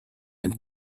and